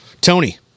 Tony